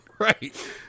Right